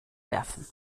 werfen